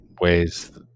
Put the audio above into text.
ways